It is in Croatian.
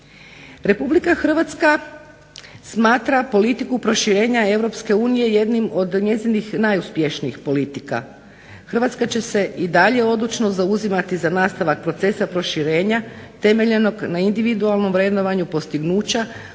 Europi. RH smatra politiku proširenja EU jednim od njezinih najuspješnijih politika. Hrvatska će se i dalje odlučno zauzimati za nastavak procesa proširenja temeljenog na individualnom vrednovanju postignuća